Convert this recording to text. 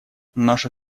наша